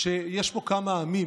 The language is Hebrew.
שיש פה כמה עמים,